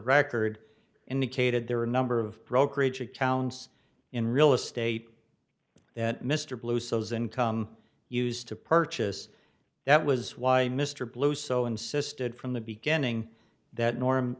record indicated there were a number of brokerage accounts in real estate that mr blue sows income used to purchase that was why mr blue's so insisted from the beginning that norm